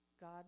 god